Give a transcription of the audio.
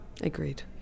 agreed